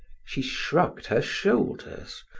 she shrugged her shoulders.